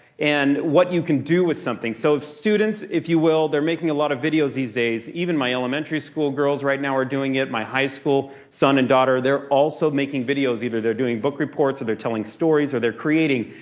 and what you can do with something. so, students if you will, they're making a lot of videos these days. even my elementary school girls right now are doing it. my high school son and daughter, they're also making videos. either they're doing book reports, or they're telling stories, or they're creating.